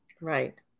Right